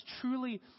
truly